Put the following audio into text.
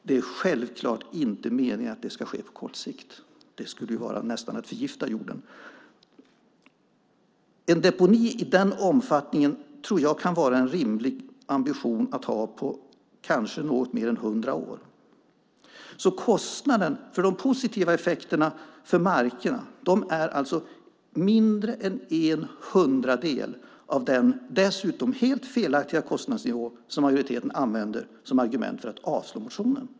Det är självklart inte meningen att det ska ske på kort sikt, för det skulle ju nästan vara att förgifta jorden. En deponi i den omfattningen tror jag kan vara en rimlig ambition att ha på kanske något mer än hundra år. Kostnaden för de positiva effekterna för markerna är mindre än en hundradel av den dessutom helt felaktiga kostnadsnivå som majoriteten använder som argument för att avslå motionen.